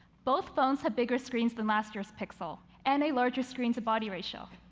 both phones have bigger screens than last year's pixel and a larger screen-to-body ratio.